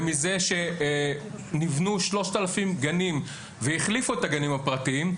ומזה שנבנו 3,000 גנים והחליפו את הגנים הפרטיים.